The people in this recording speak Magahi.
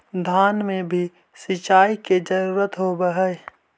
धान मे भी सिंचाई के जरूरत होब्हय?